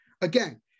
again